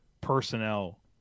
personnel